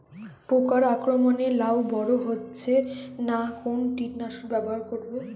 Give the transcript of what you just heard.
পোকার আক্রমণ এ লাউ বড় হচ্ছে না কোন কীটনাশক ব্যবহার করব?